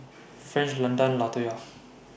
French Landan Latoya